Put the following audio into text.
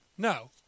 No